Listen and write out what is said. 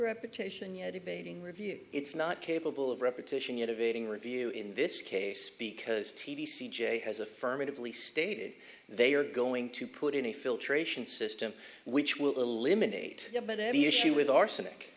repetition yet debating review it's not capable of repetition yet of aiding review in this case because t v c j has affirmatively stated they are going to put in a filtration system which will eliminate them but any issue with arsenic